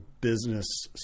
business